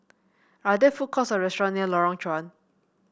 are there food courts or restaurant near Lorong Chuan